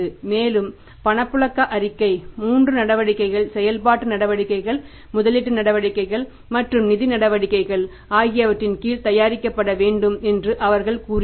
மேலும் பணப்புழக்க அறிக்கை 3 நடவடிக்கைகள் செயல்பாட்டு நடவடிக்கைகள் முதலீட்டு நடவடிக்கைகள் மற்றும் நிதி நடவடிக்கைகள் ஆகியவற்றின் கீழ் தயாரிக்கப்பட வேண்டும் என்று அவர்கள் கூறினர்